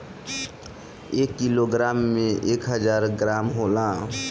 एक किलोग्राम में एक हजार ग्राम होला